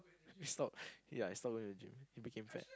he stop ya he stop going to the gym he became fat